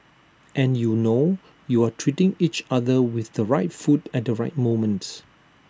and you know you are treating each other with the right food at the right moment